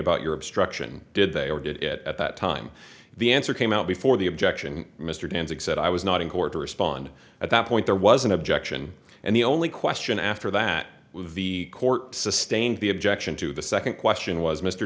about your obstruction did they or did it at that time the answer came out before the objection mr danzig said i was not in court to respond at that point there was an objection and the only question after that the court sustain the objection to the second question was mr